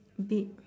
big